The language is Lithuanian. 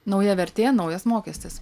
nauja vertė naujas mokestis